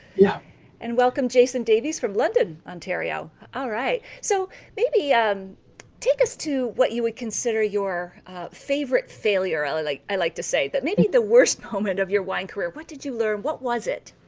yeah and welcome jason davies from london, ontario. all right, so maybe um take us to what you would consider your favorite failure, or like i like to say, that maybe the worst moment of your wine career. what did you learn? what was it?